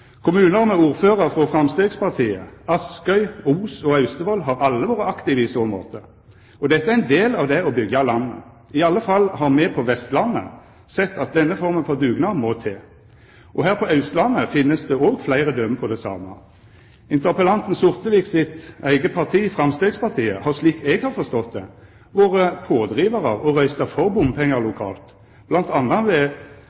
Kommunar med ordførar frå Framstegspartiet – Askøy, Os og Austevoll – har alle vore aktive i så måte. Dette er ein del av det å byggja landet. I alle fall har me på Vestlandet sett at denne forma for dugnad må til. Her på Austlandet finst det òg fleire døme på det same. Interpellanten Sortevik sitt eige parti, Framstegspartiet, har, slik eg har forstått det, vore pådrivar og røysta for bompengar lokalt, bl.a. ved